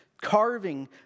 Carving